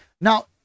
Now